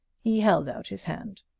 he held out his hand.